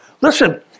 Listen